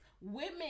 women